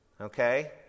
Okay